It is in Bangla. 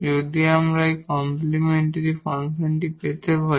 যদি আমরা এই কমপ্লিমেন্টরি ফাংশনটি পেতে পারি